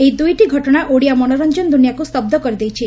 ଏହି ଦୁଇଟି ଘଟଣା ଓଡିଆ ମନୋରଞ୍ଞନ ଦୁନିଆକୁ ସ୍ତ କରିଦେଇଛି